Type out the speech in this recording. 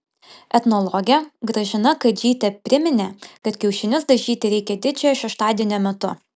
etnologė gražina kadžytė priminė kad kiaušinius dažyti reikia didžiojo šeštadienio metu